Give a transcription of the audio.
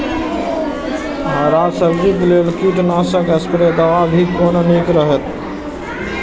हरा सब्जी के लेल कीट नाशक स्प्रै दवा भी कोन नीक रहैत?